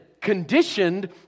conditioned